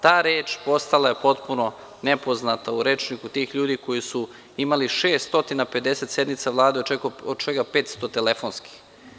Ta reč postala je potpuno nepoznata u rečniku tih ljudi koji su imali 650 sednica Vlade, od čega 500 telefonskih.